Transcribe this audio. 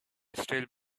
still